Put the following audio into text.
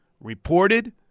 reported